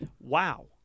Wow